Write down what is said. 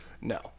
no